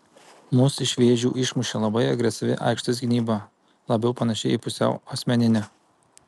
mus iš vėžių išmušė labai agresyvi aikštės gynyba labiau panaši į pusiau asmeninę